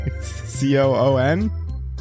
C-O-O-N